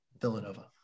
Villanova